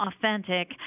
authentic